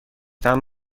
طعم